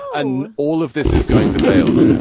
and all of this is going to fail